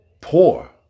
poor